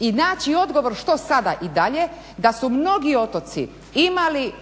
i naći odgovor što sada i dalje da su mnogi otoci imali